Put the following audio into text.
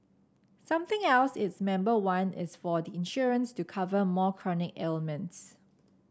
something else its member want is for the insurance to cover more chronic ailments